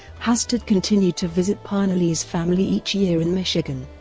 hastert continued to visit parnalee's family each year in michigan.